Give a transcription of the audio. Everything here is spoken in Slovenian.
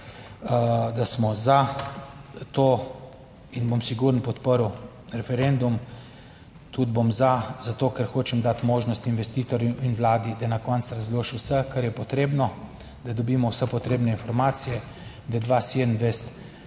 da smo za to. In bom sigurno podprl referendum. Tudi bom za, zato ker hočem dati možnost investitorju in Vladi, da na koncu razloži vse, kar je potrebno, da dobimo vse potrebne informacije, da 2027